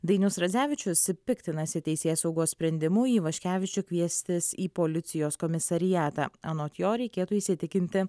dainius radzevičius piktinasi teisėsaugos sprendimu ivaškevičių kviestis į policijos komisariatą anot jo reikėtų įsitikinti